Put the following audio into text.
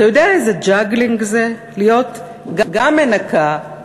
אתה יודע איזה ג'גלינג זה להיות גם מנקה,